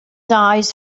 eyes